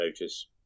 notice